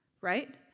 Right